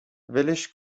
ولش